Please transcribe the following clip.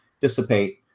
dissipate